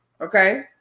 Okay